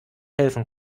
helfen